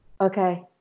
okay